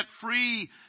free